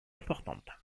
importantes